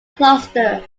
cluster